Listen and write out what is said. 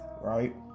right